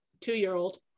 two-year-old